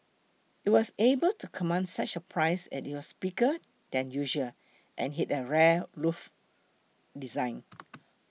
you was able to command such a price as it was bigger than usual and had a rare loft design